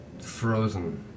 frozen